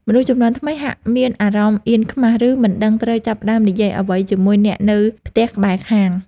មនុស្សជំនាន់ថ្មីហាក់មានអារម្មណ៍អៀនខ្មាស ឬមិនដឹងត្រូវចាប់ផ្ដើមនិយាយអ្វីជាមួយអ្នកនៅផ្ទះក្បែរខាង។